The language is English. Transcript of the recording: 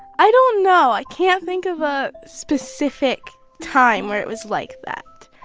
i don't know. i can't think of a specific time where it was like that.